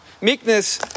Meekness